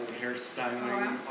hairstyling